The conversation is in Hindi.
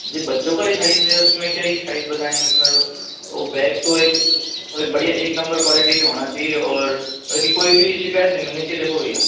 जी बच्चों का ही साइज़ है उसमें क्या ही साइज़ बताएंगे उसमें वो बैग तो एक मतलब बढ़िया एक नम्बर क्वालिटी के होना चाहिए और मतलब कोई भी शिकायत नहीं मिलनी चाहिए देखो भैया